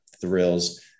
thrills